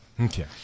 Okay